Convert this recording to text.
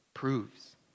Proves